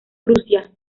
prusia